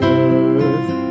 earth